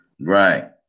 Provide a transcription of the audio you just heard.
Right